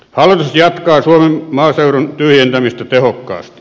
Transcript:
hallitus jatkaa suomen maaseudun tyhjentämistä tehokkaasti